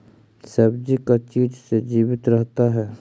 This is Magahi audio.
सब्जी का चीज से जीवित रहता है?